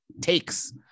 takes